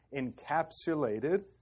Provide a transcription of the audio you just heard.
encapsulated